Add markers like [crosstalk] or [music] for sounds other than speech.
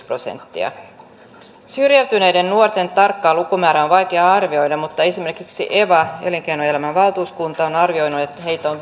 [unintelligible] prosenttia syrjäytyneiden nuorten tarkkaa lukumäärää on vaikea arvioida mutta esimerkiksi eva elinkeinoelämän valtuuskunta on arvioinut että heitä on [unintelligible]